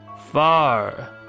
Far